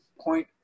point